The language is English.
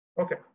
Okay